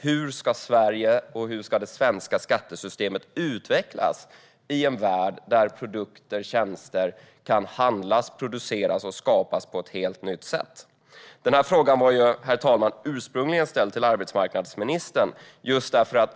Hur ska Sverige och det svenska skattesystemet utvecklas i en värld där produkter och tjänster kan handlas och produceras på ett helt nytt sätt? Denna fråga var, herr talman, ursprungligen ställd till arbetsmarknadsministern.